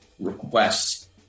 requests